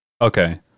Okay